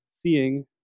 Seeing